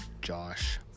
Josh